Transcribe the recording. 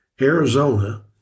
Arizona